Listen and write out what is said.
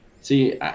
See –